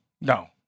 No